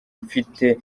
mfite